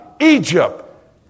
Egypt